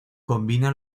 combina